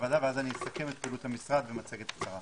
הוועדה ואז אני אסכם את פעילות המשרד במצגת קצרה.